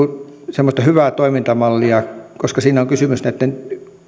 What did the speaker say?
semmoinen hyvä toimintamalli koska siinä on kysymys näitten